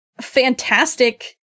fantastic